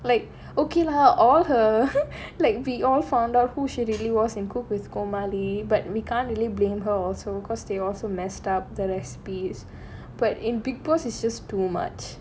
like okay lah all her like we all found out who she really was in cook with கோமாளி:comali but we can't really blame her also because they also messed up the recipes but in bigg boss is just too much